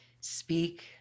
speak